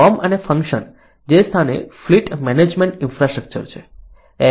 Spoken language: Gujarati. ફોર્મ અને ફંક્શન જે સ્થાને ફ્લીટ મેનેજમેન્ટ ઇન્ફ્રાસ્ટ્રક્ચર છે